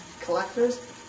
collectors